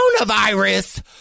coronavirus